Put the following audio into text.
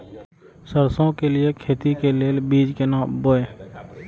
सरसों के लिए खेती के लेल बीज केना बोई?